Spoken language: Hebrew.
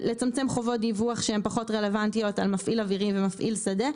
לצמצם חובות דיווח שהן פחות רלוונטיות על מפעיל אווירי ומפעיל שדה,